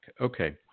Okay